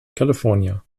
california